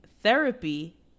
Therapy